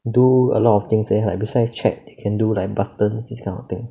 do a lot of things eh like besides chat they can do like buttons this kind of thing